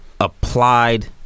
applied